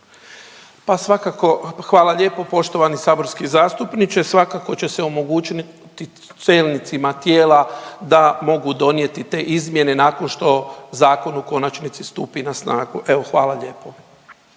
Pa svakako hvala lijepo poštovani saborski zastupniče. Svakako će se omogućiti čelnicima tijela da mogu donijeti te izmjene nakon što zakon u konačnici stupi na snagu. Evo hvala lijepo.